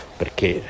perché